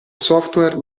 software